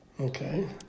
Okay